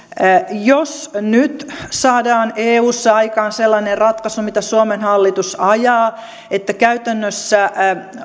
jos nyt saadaan eussa aikaan sellainen ratkaisu mitä suomen hallitus ajaa että käytännössä